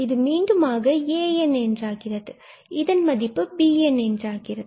இது மீண்டுமாக an என்றாகிறது இதன் மதிப்பு bn என்றாகிறது